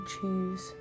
choose